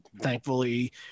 Thankfully